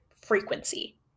frequency